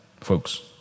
folks